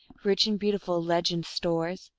rich in beautiful legend stores,